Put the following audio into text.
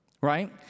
right